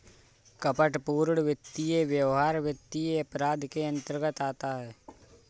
कपटपूर्ण वित्तीय व्यवहार वित्तीय अपराध के अंतर्गत आता है